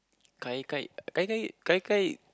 gai-gai gai-gai gai-gai